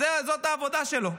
זאת העבודה שלו.